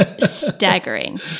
staggering